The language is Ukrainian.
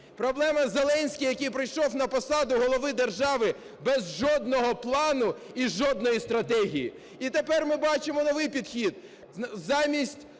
Проблема – Зеленський, який прийшов на посаду голови держави без жодного плану і жодної стратегії. І тепер ми бачимо новий підхід: